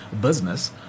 business